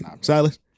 Silas